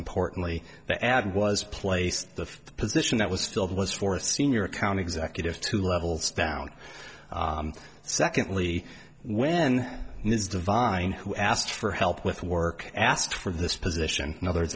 importantly the ad was placed the position that was filled was for a senior account executive two levels down secondly when this divine who asked for help with work asked for this position and others